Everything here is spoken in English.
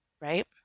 right